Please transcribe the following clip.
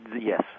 yes